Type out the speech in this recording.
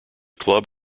club